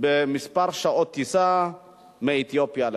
במספר שעות טיסה מאתיופיה לכאן.